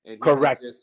Correct